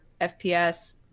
FPS